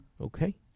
okay